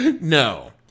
no